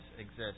exist